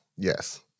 Yes